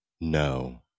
no